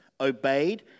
obeyed